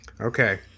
Okay